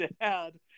dad